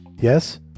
Yes